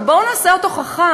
אבל בואו נעשה אותו חכם,